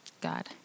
god